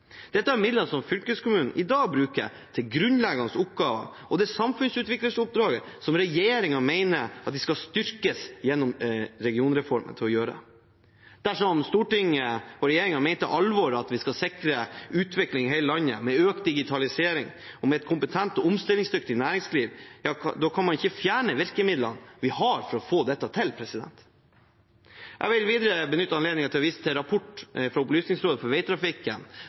Dette er midler som fylkeskommunene i dag bruker til grunnleggende oppgaver og til det samfunnsutvikleroppdraget regjeringen mener skal styrkes gjennom regionreformen. Dersom Stortinget og regjeringen mener alvor med at vi skal sikre utvikling i hele landet med økt digitalisering og et kompetent og omstillingsdyktig næringsliv, kan man ikke fjerne virkemidlene vi har for å få dette til. Jeg vil videre benytte anledningen til å vise til rapport fra Opplysningsrådet for Veitrafikken,